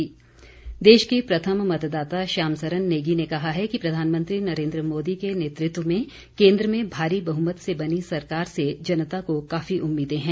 श्याम सरन नेगी देश के प्रथम मतदाता श्याम सरन नेगी ने कहा है कि प्रधानमंत्री नरेन्द्र मोदी के नेतृत्व में केन्द्र में भारी बहुमत से बनी सरकार से जनता को काफी उम्मीदें हैं